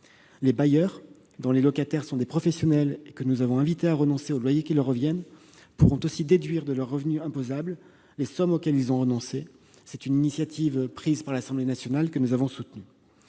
Les bailleurs dont les locataires sont des professionnels, que nous avons invités à ne pas percevoir les loyers qui leur reviennent, pourront déduire de leurs revenus imposables les sommes auxquelles ils ont renoncé. C'est une initiative de l'Assemblée nationale, que nous avons soutenue.